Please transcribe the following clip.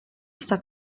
sta